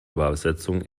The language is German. übersetzung